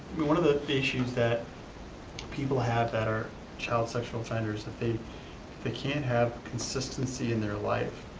one of the issues that people have that are child sexual offenders, that they they can't have consistency in their life,